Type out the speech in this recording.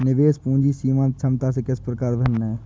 निवेश पूंजी सीमांत क्षमता से किस प्रकार भिन्न है?